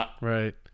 Right